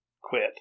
quit